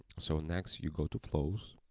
so next you go to flows,